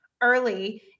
early